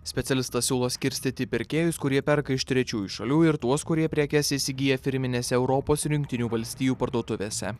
specialistas siūlo skirstyti pirkėjus kurie perka iš trečiųjų šalių ir tuos kurie prekes įsigyja firminėse europos ir jungtinių valstijų parduotuvėse